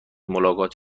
ملاقات